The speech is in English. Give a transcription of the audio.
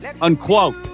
unquote